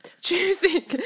Choosing